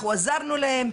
אנחנו עזרנו להם.